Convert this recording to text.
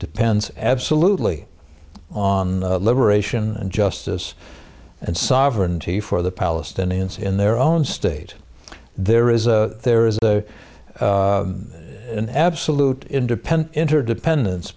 depends absolutely on the liberation and justice and sovereignty for the palestinians in their own state there is a there is an absolute independence interdependence